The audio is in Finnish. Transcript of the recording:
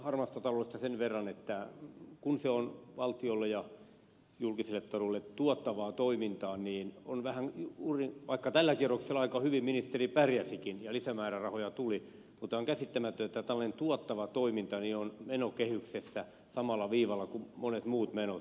harmaasta taloudesta sen verran että kun se on valtiolle ja julkiselle taloudelle tuottavaa toimintaa niin vaikka tällä kierroksella ministeri hyvin pärjäsikin ja lisämäärärahoja tuli on käsittämätöntä että tällainen tuottava toiminta on menokehyksessä samalla viivalla kuin monet muut menot